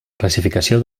classificació